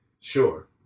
sure